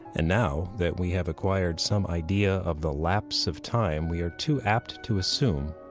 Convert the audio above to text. and now that we have acquired some idea of the lapse of time, we are too apt to assume,